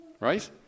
Right